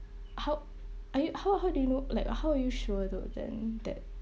how are you how how do you know like how are you sure though then that